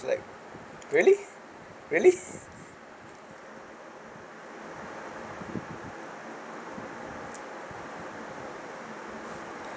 like really really